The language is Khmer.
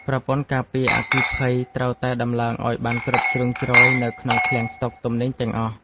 ប្រព័ន្ធការពារអគ្គិភ័យត្រូវតែដំឡើងឱ្យបានគ្រប់ជ្រុងជ្រោយនៅក្នុងឃ្លាំងស្តុកទំនិញទាំងអស់។